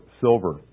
silver